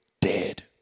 dead